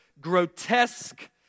grotesque